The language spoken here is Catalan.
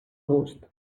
gust